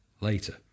later